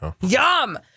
Yum